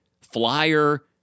flyer